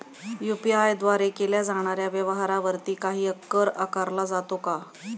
UPI द्वारे केल्या जाणाऱ्या व्यवहारावरती काही कर आकारला जातो का?